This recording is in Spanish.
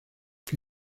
que